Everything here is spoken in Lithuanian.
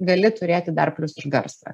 gali turėti dar plius ir garsą